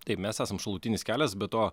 taip mes esam šalutinis kelias be to